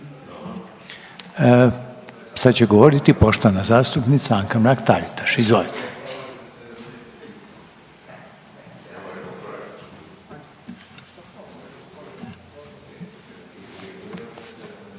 Sad će govoriti poštovana zastupnica Anka Mrak Taritaš. Izvolite.